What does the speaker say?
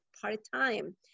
part-time